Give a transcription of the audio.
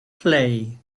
play